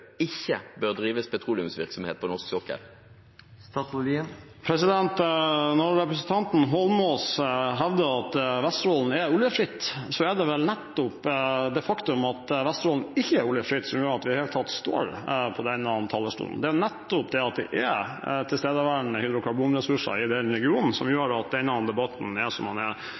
ikke bør drives petroleumsvirksomhet på norsk sokkel? Når representanten Eidsvoll Holmås hevder at Vesterålen er oljefritt, er det vel nettopp det faktum at Vesterålen ikke er oljefritt, som gjør at vi i det hele tatt står på denne talerstolen. Det er nettopp det at det er tilstedeværende hydrokarbonressurser i den regionen, som gjør at denne debatten er som den er.